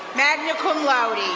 magna cum laude.